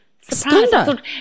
surprised